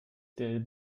der